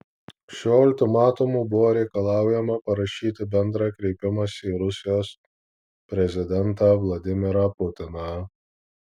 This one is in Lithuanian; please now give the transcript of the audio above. šiuo ultimatumu buvo reikalaujama parašyti bendrą kreipimąsi į rusijos prezidentą vladimirą putiną